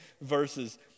verses